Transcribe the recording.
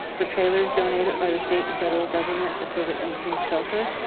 for trailers donated by the state and federal government for covid nineteen shelter.